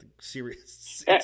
serious